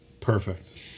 Perfect